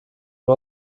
nur